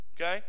okay